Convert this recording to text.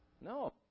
No